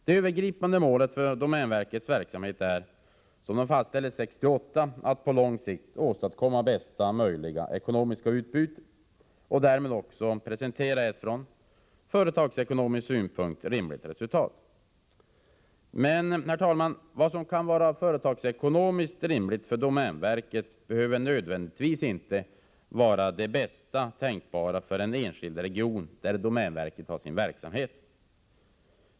Det övergripande målet för domänverkets verksamhet är, som det fastställdes 1968, att på lång sikt åstadkomma bästa möjliga ekonomiska utbyte och därvid presentera ett från företagsekonomisk synpunkt rimligt resultat. Men, herr talman, vad som kan vara företagsekonomiskt rimligt för domänverket behöver inte nödvändigtvis vara det bästa tänkbara för en enskild region där domänverket har sin verksamhet.